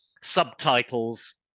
subtitles